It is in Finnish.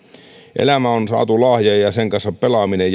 elämä on saatu lahja ja ja sen kanssa pelaaminen